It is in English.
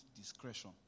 discretion